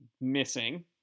missing